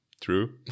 True